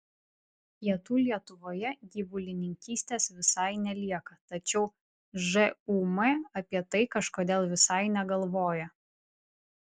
pietų lietuvoje gyvulininkystės visai nelieka tačiau žūm apie tai kažkodėl visai negalvoja